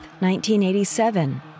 1987